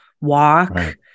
walk